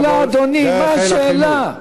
אדוני, מה השאלה?